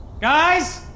guys